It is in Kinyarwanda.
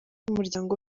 umuryango